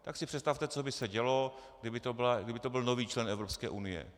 Tak si představte, co by se dělo, kdyby to byl nový člen Evropské unie.